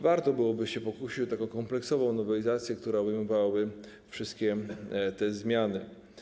Warto byłoby się pokusić o taką kompleksową nowelizację, która obejmowałaby wszystkie te zmiany.